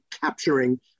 capturing